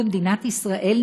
במדינת ישראל,